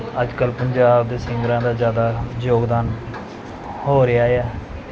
ਅੱਜ ਕੱਲ੍ਹ ਪੰਜਾਬ ਦੇ ਸਿੰਗਰਾਂ ਦਾ ਜ਼ਿਆਦਾ ਯੋਗਦਾਨ ਹੋ ਰਿਹਾ ਆ